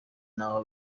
naho